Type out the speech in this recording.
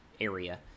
area